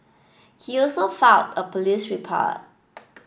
he also filed a police report